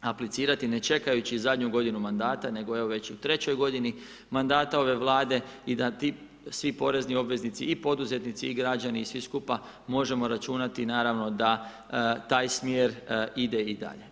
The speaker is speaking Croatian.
aplicirati ne čekajući zadnju godinu mandata, nego evo već u 3 g. mandata ove vlade i da svi porezni obveznici i poduzetnici i građani i svi skupa možemo računati naravno da taj smjer ide i dalje.